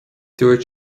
dúirt